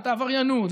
ואת העבריינות,